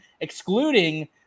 excluding